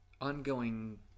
ongoing